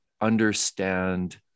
understand